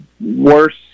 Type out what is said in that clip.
worse